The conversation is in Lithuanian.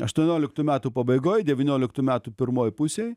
aštuonioliktų metų pabaigoj devynioliktų metų pirmoj pusėj